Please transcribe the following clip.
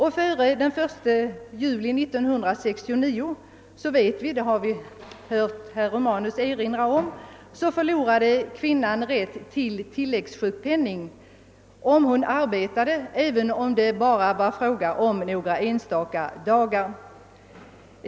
Före den 1 juli 1969 — det har herr Romanus redan erinrat om — förlorade kvinnan rätt till tilläggssjukpenning därest hon arbetade, även om det bara var fråga om några enstaka dagar.